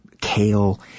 kale